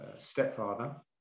stepfather